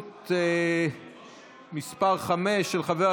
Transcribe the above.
של חברי